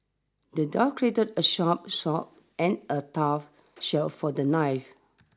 the dwarf crafted a sharp sword and a tough shield for the knife